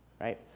right